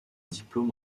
diplôme